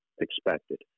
expected